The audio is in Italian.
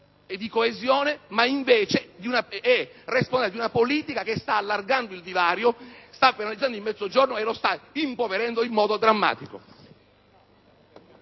e di coesione, mentre è responsabile di una politica che sta allargando il divario, sta penalizzando il Mezzogiorno e lo sta impoverendo in modo drammatico.